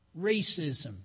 racism